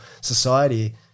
society